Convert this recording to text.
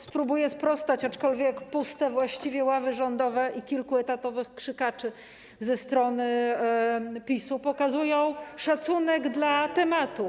Spróbuję sprostać, aczkolwiek właściwie puste ławy rządowe i kilku etatowych krzykaczy ze strony PiS-u pokazują szacunek dla tematu.